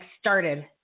started